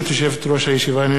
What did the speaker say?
הנני מתכבד להודיעכם,